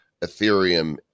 Ethereum